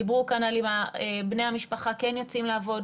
דיברו כאן אם בני המשפחה כן יוצאים לעבוד,